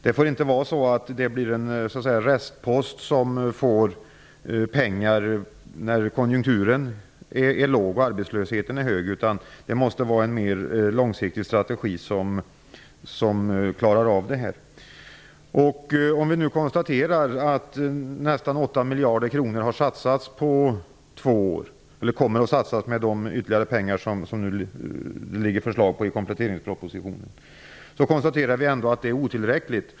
Det får inte bli en restpost som man anslår pengar till när konjunkturen är låg och arbetslösheten hög, utan det måste finnas en mer långsiktig strategi för att man skall klara av detta. Nästan 8 miljarder kronor har satsats på två år, eller kommer att satsas, med de ytterligare pengar det finns förslag om i kompletteringspropositionen. Det är otillräckligt.